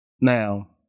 Now